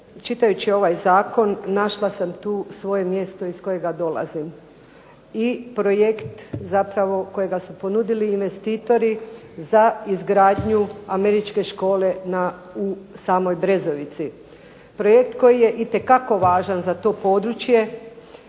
Čitajući ovaj zakon našla sam tu svoje mjesto iz kojega dolazim i projekt zapravo kojega su ponudili investitori za izgradnju američke škole u samoj Brezovici. Projekt koji je itekako važan za to područje